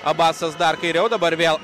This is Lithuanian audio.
abasas dar kairiau dabar vėl